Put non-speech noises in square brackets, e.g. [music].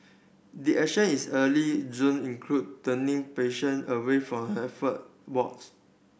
did action is early June include turning patient away from [unintelligible] wards